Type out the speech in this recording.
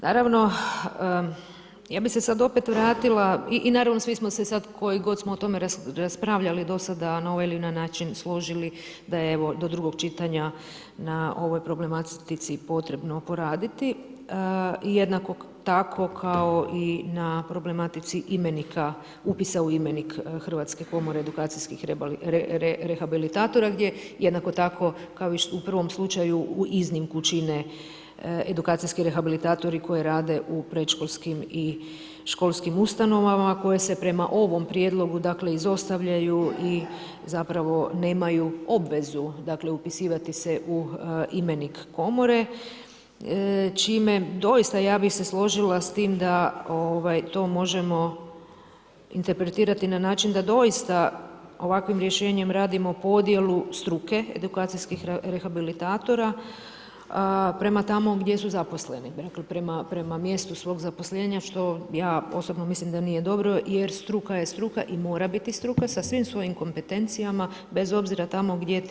Naravno, ja bi se sad opet vratila i naravno svi smo se sad, koji god smo o tome raspravljali dosada na ovaj način složili da evo do drugog čitanja na ovoj problematici potrebno poraditi jednako tako kako i na problematici imenika, upisa u imenik Hrvatske komore edukacijskih rehabilitatora gdje jednako tako kao i u prvom slučaju iznimku čine edukacijski rehabilitatori koji rade u predškolskim i školskim ustanovama koje se prema ovom prijedlogu dakle izostavljaju i zapravo nemaju obvezu upisivati se u imenik komore čime doista ja bih se složila s tim da to možemo interpretirati na način da doista ovakvim rješenjem radimo podjelu struke edukacijskih rehabilitatora prema tamo gdje su zaposleni, dakle prema mjestu svog zaposlenja što ja osobno mislim da nije dobro jer struka je struka i mora biti struka sa svim svojim kompetencijama bez obzira na to gdje ti stručnjaci radili.